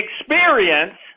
experience